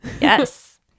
Yes